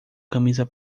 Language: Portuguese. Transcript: camisa